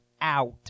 out